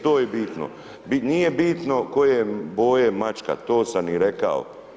To je bitno, nije bitno koje boje mačka, to sam i rekao.